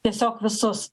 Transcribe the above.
tiesiog visus